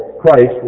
Christ